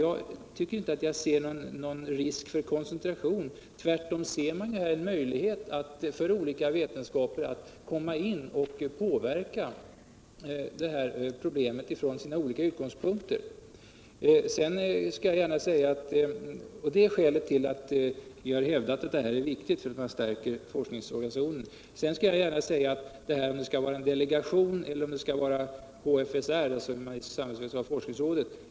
Jag kan inte se någon risk för koncentration, utan jag ser här tvärtom en möjlighet för olika vetenskaper att komma in och påverka problemen från sina olika utgångspunkter. Det är skälet till att vi tycker att detta är viktigt — att man stärker forskningsorganisationen. Sedan kan jag gärna medge att det kan vara en öppen fråga om man skall ha en delegation eller om arbetet skall utföras inom HSFR — alltså humanistisksamhällsvetenskapliga forskningsrådet.